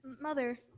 Mother